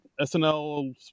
SNL